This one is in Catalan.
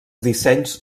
dissenys